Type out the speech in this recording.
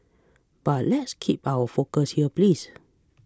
but let's keep our focus here please